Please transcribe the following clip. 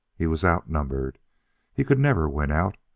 he was outnumbered he could never win out.